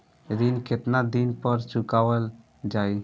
ऋण केतना दिन पर चुकवाल जाइ?